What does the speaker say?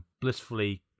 blissfully